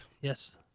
Yes